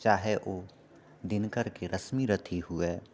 चाहे ओ दिनकरके रश्मिरथी हुए